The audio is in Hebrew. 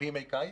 בימי קיץ.